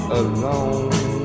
alone